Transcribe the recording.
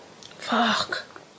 Fuck